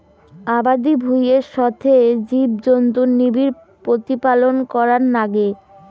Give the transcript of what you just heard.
আবাদি ভুঁইয়ের সথে জীবজন্তুুর নিবিড় প্রতিপালন করার নাগে